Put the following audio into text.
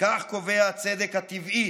וכך קובע הצדק הטבעי.